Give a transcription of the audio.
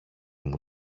μου